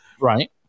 Right